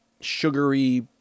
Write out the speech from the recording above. sugary